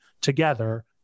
together